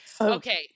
okay